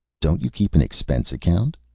don't you keep an expense account?